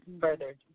further